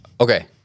okay